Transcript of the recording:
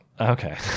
Okay